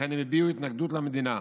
לכן הם הביעו התנגדות למדינה.